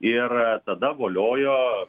ir tada voliojo